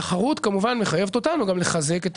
תחרות כמובן מחייבת אותנו גם לחזק את